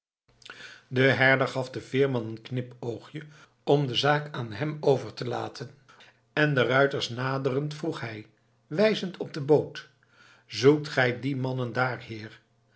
de herder gaf den veerman een knipoogje om de zaak aan hem over te laten en de ruiters naderend vroeg hij wijzend op de boot zoekt gij die mannen daar heer